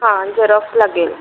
हां झरॉक्स लागेल